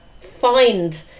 find